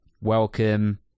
Welcome